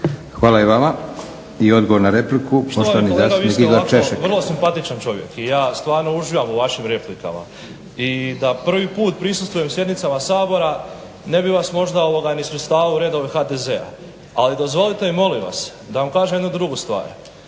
Češek. **Češek, Igor (HDSSB)** Poštovani kolega vi ste ovako vrlo simpatičan čovjek i ja stvarno uživam u vašim replikama i da prvi put prisustvujem sjednicama Sabora ne bi vas možda ni svrstavao u redove HDZ-a. Ali dozvolite mi molim vas da vam kažem jednu drugu stvar,